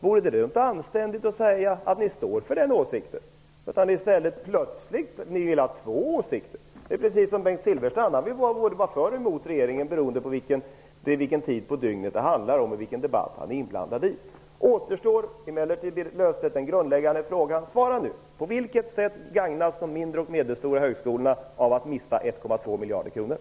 Vore det då inte anständigt att säga att ni står för den åsikten? Men ni vill ha två åsikter. Bengt Silfverstrand vill vara både för och emot regeringen, beroende på vilken tid på dygnet det är och vilken debatt han är inblandad i. Återstår emellertid, Berit Löfstedt, den grundläggande frågan. Svara nu! På vilket sätt gagnas de mindre och medelstora högskolorna av att mista 1,2 miljarder kronor?